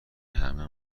همه